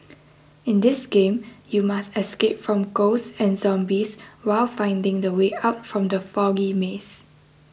in this game you must escape from ghosts and zombies while finding the way out from the foggy maze